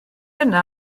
yna